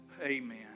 Amen